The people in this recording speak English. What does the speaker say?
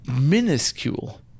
minuscule